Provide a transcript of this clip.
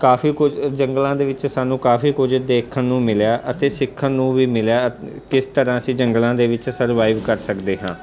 ਕਾਫੀ ਕੁਝ ਜੰਗਲਾਂ ਦੇ ਵਿੱਚ ਸਾਨੂੰ ਕਾਫੀ ਕੁਝ ਦੇਖਣ ਨੂੰ ਮਿਲਿਆ ਅਤੇ ਸਿੱਖਣ ਨੂੰ ਵੀ ਮਿਲਿਆ ਅ ਕਿਸ ਤਰ੍ਹਾਂ ਅਸੀਂ ਜੰਗਲਾਂ ਦੇ ਵਿੱਚ ਸਰਵਾਈਵ ਕਰ ਸਕਦੇ ਹਾਂ